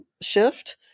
shift